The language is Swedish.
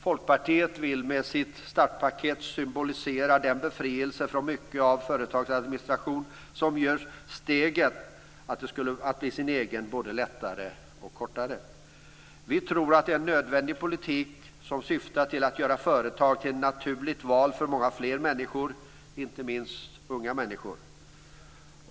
Folkpartiet vill med sitt startpaket symbolisera den befrielse från stora delar av företagsadministrationen som gör steget att bli sin egen både lättare och kortare. Vi tror att det är en nödvändig politik som syftar till att göra företag till ett naturligt val för många fler människor - inte minst unga människor.